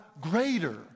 greater